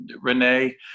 Renee